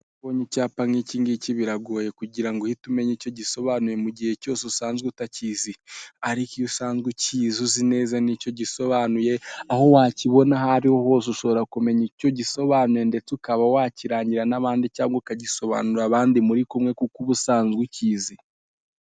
Ubonye icyapa nk'iki ngiki biragoye kugira uhite umenya icyo gisobanuye mu gihe cyose usanzwe utakizi. Ariko iyo usanzwe ukizi uzi neza n'icyo gisobanuye, aho wakibona aho ari ho hose ushobora kumenya icyo gisobanuye ndetse ukaba wakirangira n'abandi cyangwa ukagisobanurira abandi muri kumwe kuko ubu usanzwe ukizi.